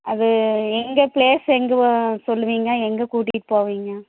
அது எங்கே ப்ளேஸ் எங்கே சொல்லுவீங்க எங்கே கூட்டிகிட்டு போவீங்க